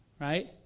Right